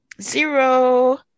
Zero